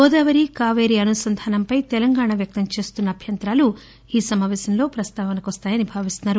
గోదావరి కాపేరి అనుసంధానంపై తెలంగాణ వ్యక్తంచేస్తున్న అభ్యంతరాలు ఈ సమావేశంలో ప్రస్తావనకు వస్తాయని భావిస్తున్నారు